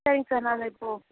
சரிங்க சார் நானு இப்போது